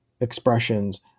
expressions